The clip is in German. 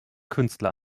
künstler